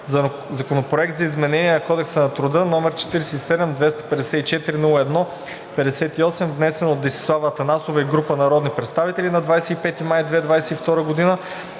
Законопроект за изменение на Кодекса на труда, № 47-254-01-58, внесен от Десислава Атанасова и група народни представители на 25 май 2022 г.;